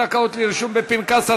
זכאות לרישום בפנקס),